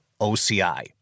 OCI